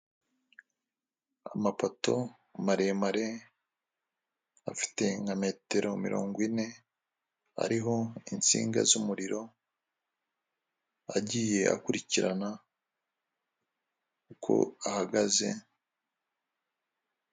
Amapato maremare afite nka metero mirongo ine, ariho insinga z'umuriro, agiye akurikirana uko ahagaze.